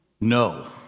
No